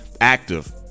active